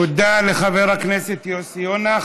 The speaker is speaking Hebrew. תודה לחבר הכנסת יוסי יונה.